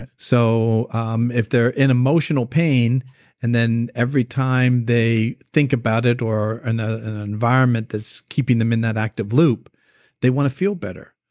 and so um if they're in emotional pain and then every time they think about it or are ah in an environment that's keeping them in that active loop they want to feel better.